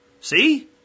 See